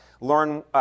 Lauren